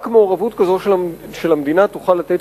רק מעורבות כזאת של המדינה תוכל לתת